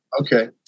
okay